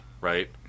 right